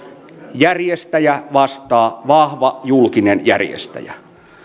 järjestäjä vastaa vahva julkinen järjestäjä